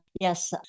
Yes